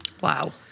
Wow